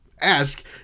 ask